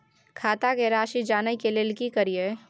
खाता के राशि जानय के लेल की करिए?